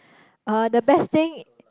uh the best thing